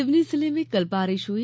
सिवनी जिले में कल बारिश हुई